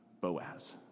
Boaz